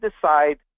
decide